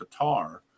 Qatar